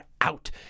out